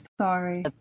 sorry